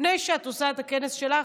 לפני שאת עושה את הכנס שלך,